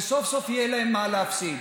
וסוף-סוף יהיה להם מה להפסיד.